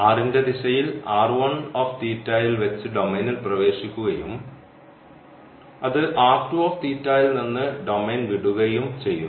r ന്റെ ദിശയിൽ ൽ വെച്ച് ഡൊമെയ്നിൽ പ്രവേശിക്കുകയും അത് ൽ നിന്ന് ഡൊമെയ്ൻ വിടുകയും ചെയ്യുന്നു